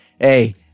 hey